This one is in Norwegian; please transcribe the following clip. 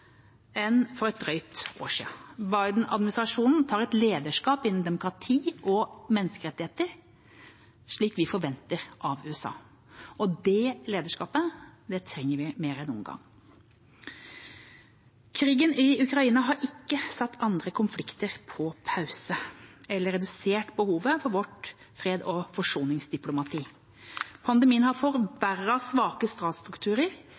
enn for et drøyt år siden. Biden-administrasjonen tar et lederskap innen demokrati og menneskerettigheter som vi forventer av USA, og det lederskapet trenger vi mer enn noen gang. Krigen i Ukraina har ikke satt andre konflikter på pause eller redusert behovet for vårt freds- og forsoningsdiplomati. Pandemien har